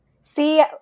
See